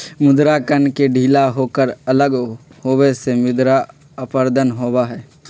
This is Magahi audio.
मृदा कण के ढीला होकर अलग होवे से मृदा अपरदन होबा हई